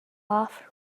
off